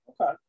Okay